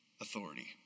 authority